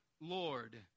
Lord